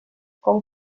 com